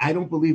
i don't believe it